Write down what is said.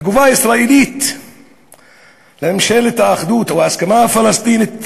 התגובה הישראלית לממשלת האחדות או ההסכמה הפלסטינית,